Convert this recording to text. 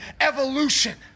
evolution